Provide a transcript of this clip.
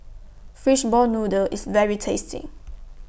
Fishball Noodle IS very tasty